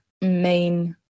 main